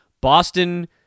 Boston